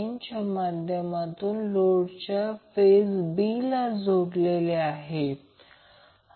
परंतु या प्रकरणात जर आपण असेच घेतले तर या प्रकरणात आपण ज्याला रोटर म्हणतो तो घड्याळाच्या दिशेने फिरत आहे याचा अर्थ या मार्गाने